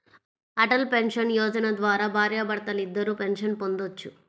Atal pension Yojana ద్వారా భార్యాభర్తలిద్దరూ pension పొందొచ్చు